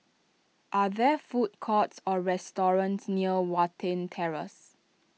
are there food courts or restaurants near Watten Terrace